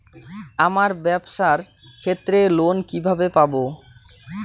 আমার ব্যবসার ক্ষেত্রে লোন কিভাবে পাব?